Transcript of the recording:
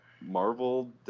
Marvel